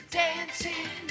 dancing